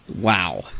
wow